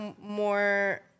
more